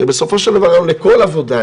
הרי בסופו של דבר היום לכל עבודה,